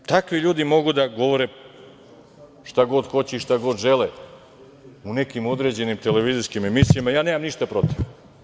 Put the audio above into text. Onda takvi ljudi mogu da govore šta god hoće i šta god žele u nekim određenim televizijskim emisijama, ja nemam ništa protiv.